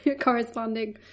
corresponding